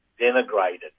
denigrated